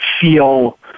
feel